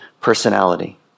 personality